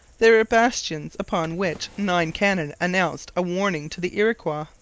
there were bastions upon which nine cannon announced a warning to the iroquois,